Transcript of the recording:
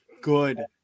good